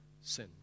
sin